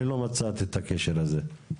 אני לא מצאתי את הקשר הזה.